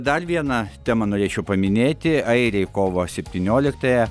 dar vieną temą norėčiau paminėti airiai kovo septynioliktąją